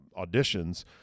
auditions